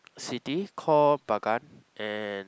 city call Bagan and